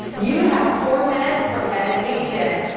you have four minutes for meditation.